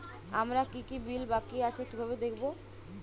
আমার কি কি বিল বাকী আছে কিভাবে দেখবো?